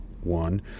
one